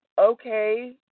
okay